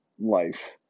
life